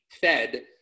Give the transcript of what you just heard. fed